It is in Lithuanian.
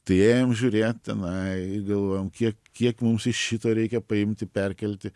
tai ėjom žiūrėt tenai galvojom kiek kiek mums iš šito reikia paimti perkelti